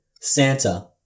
Santa